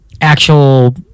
actual